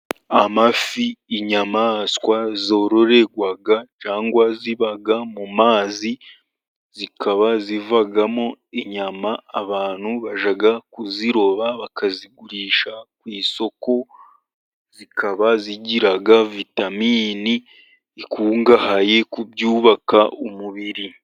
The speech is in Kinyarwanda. Amafi, inyamaswa zororerwa cyangwa ziba mu mazi, zikaba zivamo inyama, abantu bajya kuziroba bakazigurisha ku isoko, zikaba zigira vitamini ikungahaye ku byubaka umubiri.